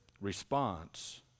response